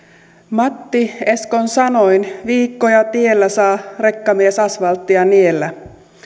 matti eskon sanoin viikkoja tiellä saa rekkamies asvalttia niellä